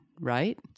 right